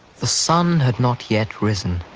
the sun had not yet risen.